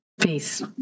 Peace